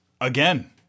Again